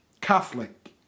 Catholic